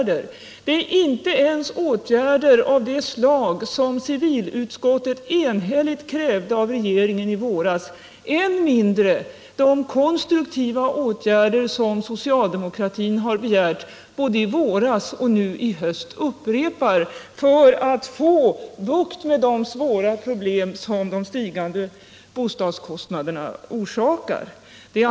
Det är inte ens åtgärder av det slag som civilutskottet enhälligt krävde av regeringen i våras, än mindre de konstruktiva åtgärder som socialdemokratin begärde i våras och nu i höst upprepar för att få bukt med de svåra problem som de stigande bostadskostnaderna förorsakar.